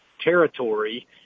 territory